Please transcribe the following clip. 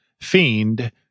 Fiend